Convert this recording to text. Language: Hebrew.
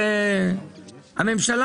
הממשלה,